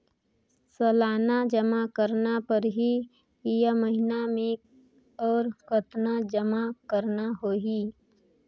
सालाना जमा करना परही या महीना मे और कतना जमा करना होहि?